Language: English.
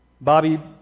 Bobby